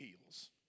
heals